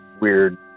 weird